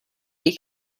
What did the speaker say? dei